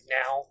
now